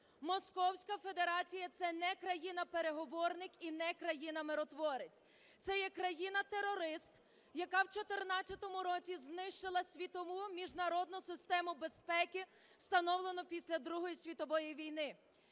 Московська федерація – це не країна-переговорник і не країна-миротворець, це є країна терорист, яка в 14-му році знищила світову міжнародну систему безпеки, встановлену після Другої світової війни.